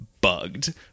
bugged